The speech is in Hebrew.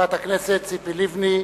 חברת הכנסת ציפי לבני,